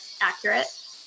accurate